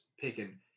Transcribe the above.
picking